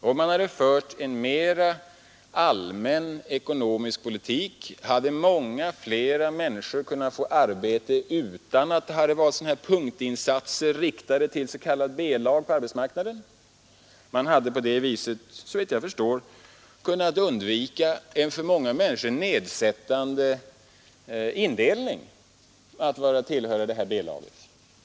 Om man hade fört en mera allmän ekonomisk politik, hade många fler människor kunnat få arbeta utan att det hade varit sådana här punktinsatser riktade till det s.k. B-laget på arbetsmarknaden. Man hade kunnat undvika en indelning som för många människor är nedsättande, nämligen det här B-laget.